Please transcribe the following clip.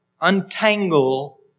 untangle